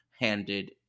handed